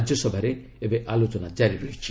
ରାଜ୍ୟସଭାରେ ଆଲୋଚନା କାରି ରହିଛି